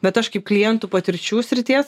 bet aš kaip klientų patirčių srities